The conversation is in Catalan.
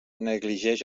negligeix